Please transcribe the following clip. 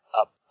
up